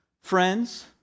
Friends